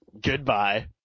Goodbye